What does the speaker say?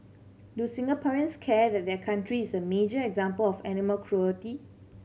do Singaporeans care that their country is a major example of animal cruelty